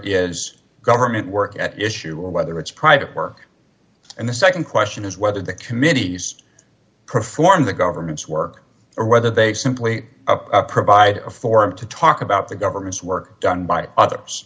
is government work at issue or whether it's private work and the nd question is whether the committees perform the government's work or whether they simply provide a forum to talk about the government's work done by others